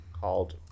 called